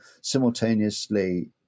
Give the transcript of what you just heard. simultaneously